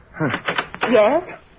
Yes